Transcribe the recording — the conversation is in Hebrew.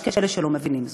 יש כאלה שלא מבינים זאת.